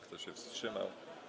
Kto się wstrzymał?